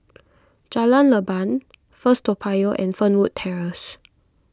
Jalan Leban First Toa Payoh and Fernwood Terrace